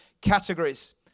categories